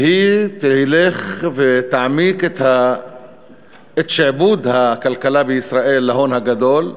והיא תלך ותעמיק את שעבוד הכלכלה בישראל להון הגדול,